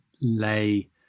lay